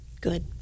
Good